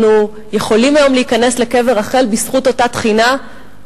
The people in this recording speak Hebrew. אנחנו יכולים היום להיכנס לקבר רחל בזכות אותה תחינה,